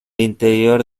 interior